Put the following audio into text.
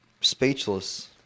speechless